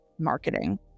marketing